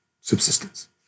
subsistence